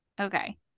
Okay